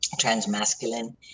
transmasculine